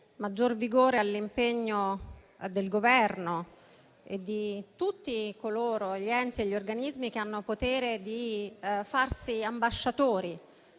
maggior vigore all'impegno del Governo e di tutti gli enti e gli organismi che hanno potere di farsi ambasciatori